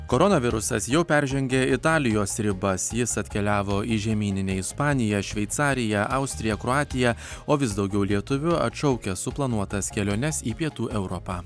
koronavirusas jau peržengė italijos ribas jis atkeliavo į žemyninę ispaniją šveicariją austriją kroatiją o vis daugiau lietuvių atšaukia suplanuotas keliones į pietų europą